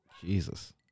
Jesus